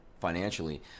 financially